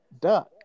Duck